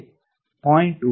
1 மற்றும் 0